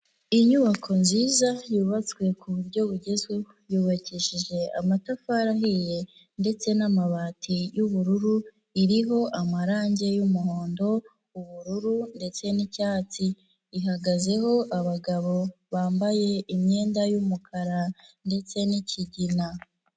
Inyubako nziza yubatswe ku buryo bugezweho, yubakishije amatafari ahiye ndetse n'amabati y'ubururu, iriho amarangi y'umuhondo ubururu ndetse n'icyatsi, ihagazeho abagabo bambaye imyenda y'umukara ndetse n'ikigina.